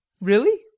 Really